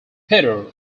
peter